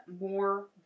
more